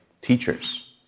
teachers